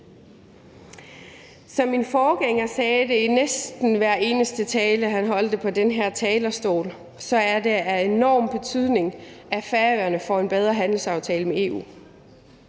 Som min forgænger sagde det i næsten hver eneste tale, han holdt på den her talerstol, så er det af enorm betydning, at Færøerne får en bedre handelsaftale med EU.